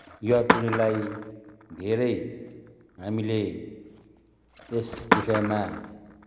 युवा पिँढीलाई धेरै हामीले यस विषयमा